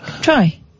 Try